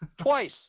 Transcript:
Twice